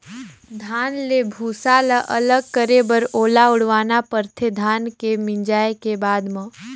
धान ले भूसा ल अलग करे बर ओला उड़वाना परथे धान के मिंजाए के बाद म